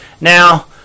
now